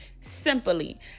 Simply